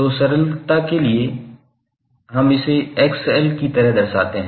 तो सरल में हम इसे 𝑋𝐿 की तरह दर्शाते हैं